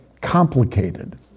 complicated